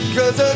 Cause